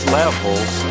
levels